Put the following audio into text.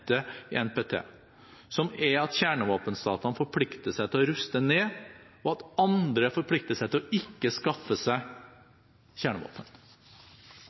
NPT, som er at kjernevåpenstatene forplikter seg til å ruste ned, og at andre forplikter seg til ikke å skaffe seg